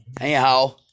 Anyhow